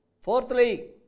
Fourthly